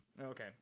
Okay